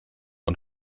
und